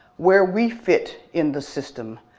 where we fit in the system,